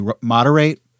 moderate